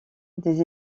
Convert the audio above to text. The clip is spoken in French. des